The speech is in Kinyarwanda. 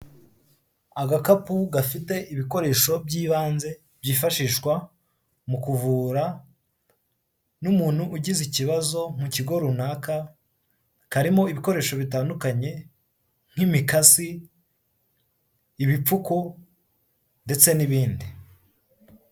Agakapu gafite ibikoresho by'ibanze byifashishwa mu kuvura n'umuntu ugize ikibazo mu kigo runaka karimo ibikoresho bitandukanye nk'imikasi, ibipfuko ndetse n'ibindi.